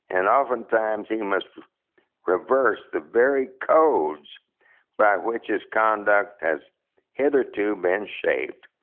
and oftentimes he must reverse the very codes by which his conduct has hitherto been shaped.